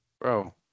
Bro